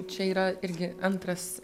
čia yra irgi antras